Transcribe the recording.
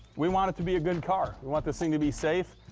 we want it to be a good car. we want this thing to be safe.